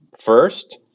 first